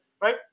right